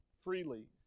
freely